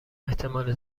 احتمال